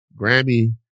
Grammy